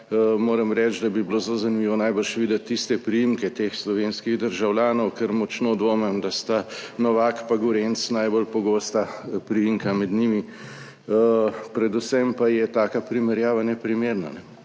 moram reči, da bi bilo zelo zanimivo najbrž videti tiste priimke teh slovenskih državljanov, kar močno dvomim, da sta Novak pa Gorenc najbolj pogosta priimka med njimi. Predvsem pa je taka primerjava neprimerna.